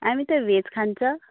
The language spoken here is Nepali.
हामी त भेज खान्छ